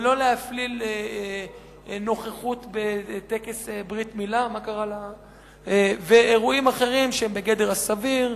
ולא להפליל נוכחות בטקס ברית מילה ואירועים אחרים שהם בגדר הסביר.